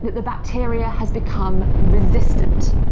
the bacteria has become resistant.